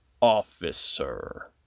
Officer